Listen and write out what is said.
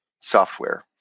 software